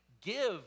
give